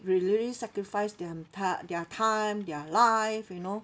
they really sacrifice them t~ their time their life you know